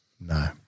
No